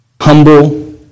humble